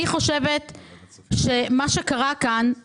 אני חושבת שמה שקרה כאן הוא